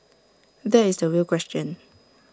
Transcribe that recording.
that is the real question